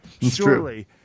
surely